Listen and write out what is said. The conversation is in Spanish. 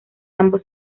ambos